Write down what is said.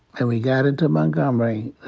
and we got into montgomery.